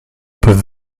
peuvent